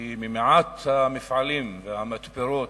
כי ממעט המפעלים והמתפרות